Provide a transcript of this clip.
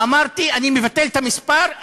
אמרתי: אני מבטל את המספר,